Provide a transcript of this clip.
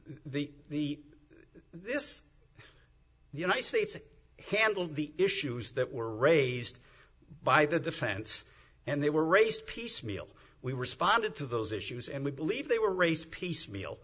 afterwards the this the united states handled the issues that were raised by the defense and they were raised piecemeal we responded to those issues and we believe they were raised piecemeal